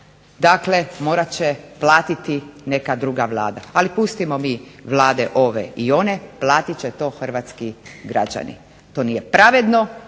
ali to morati će platiti neka druga Vlada, ali pustimo mi Vlade ove i one, platiti će to Hrvatski građani, to nije pravedno